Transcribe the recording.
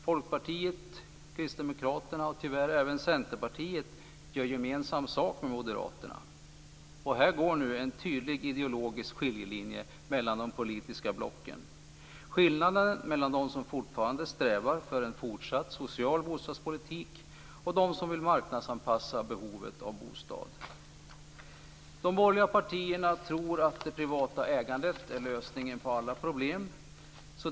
Folkpartiet, Kristdemokraterna och, tyvärr, även Centerpartiet gör gemensam sak med Moderaterna. Här går en tydlig ideologisk skiljelinje mellan de politiska blocken, dvs. skillnaden mellan dem som fortfarande strävar efter en fortsatt social bostadspolitik och dem som vill marknadsanpassa behovet av en bostad. De borgerliga partierna tror att det privata ägandet är lösningen på alla problem.